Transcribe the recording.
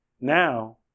Now